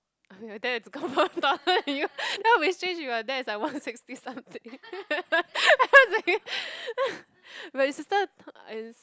your dad is confirm taller than you that will be strange if your dad is one sixty something but your sister is